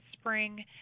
spring